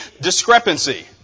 discrepancy